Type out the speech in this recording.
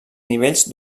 nivells